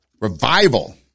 revival